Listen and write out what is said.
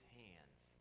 hands